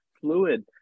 fluid